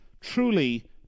truly